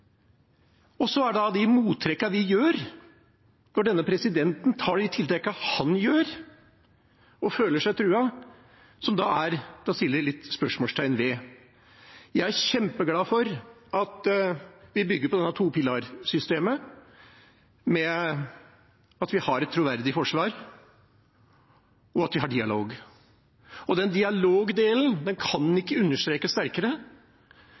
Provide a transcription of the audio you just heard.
Det er de mottrekkene vi gjør når denne presidenten gjør de trekkene han gjør – og føler seg truet – som er til å stille litt spørsmålstegn ved. Jeg er kjempeglad for at vi bygger på dette topilarsystemet med at vi har et troverdig forsvar, og at vi har dialog. Den dialogdelen kan